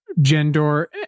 gender